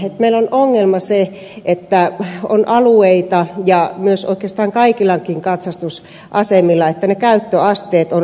meillä on ongelma se että oikeastaan kaikilla katsastusasemilla ne käyttöasteet ovat aika pienet